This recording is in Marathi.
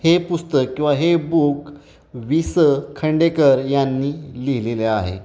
हे पुस्तक किंवा हे बुक वि स खांडेकर यांनी लिहिलेले आहे